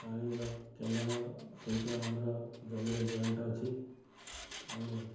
ପାଣିର କେନାଲ ସହିତ ଆମର ଜମିର ଜଏଣ୍ଟ ଅଛି ଆମେ